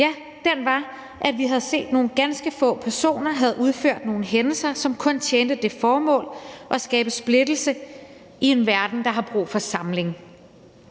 – var, at vi har set, at nogle ganske få personer havde udført nogle hændelser, som kun tjente det formål at skabe splittelse i en verden, der har brug for samling.